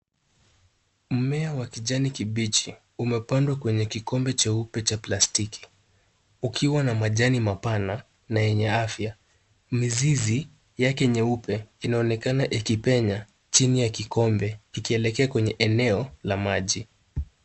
Mmea wa kijani kibichi umepandwa kwenye kikombe cheupe cha plastic, ukiwa na majani mapana na yenye afya. Mizizi yake mieupe inaoneka ikipenya chini ya kikombe ikielekea kwenye eneo la maji.